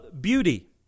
beauty